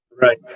Right